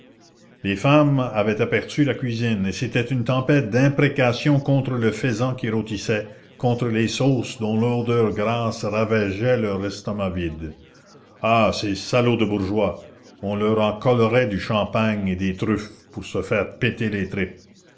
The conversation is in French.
les femmes avaient aperçu la cuisine et c'était une tempête d'imprécations contre le faisan qui rôtissait contre les sauces dont l'odeur grasse ravageait leurs estomacs vides ah ces salauds de bourgeois on leur en collerait du champagne et des truffes pour se faire péter les tripes